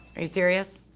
are you serious?